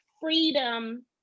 freedom